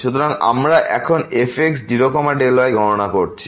সুতরাং আমরা এখন fx0y গণনা করছি